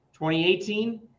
2018